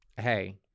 hey